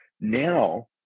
Now